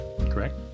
Correct